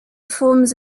forms